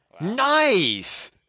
nice